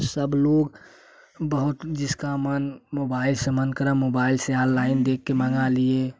सब लोग बहुत जिसका मन मोबाईल से मन कर रहा मोबाईल से आ लाइन दे कर मंगा लिए